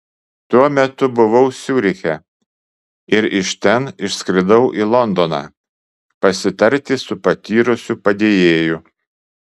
tuo metu buvau ciuriche ir iš ten išskridau į londoną pasitarti su patyrusiu padėjėju